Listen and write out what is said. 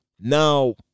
Now